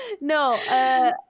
No